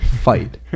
fight